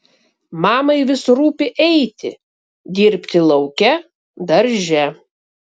mamai vis rūpi eiti dirbti lauke darže